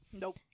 Nope